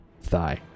thigh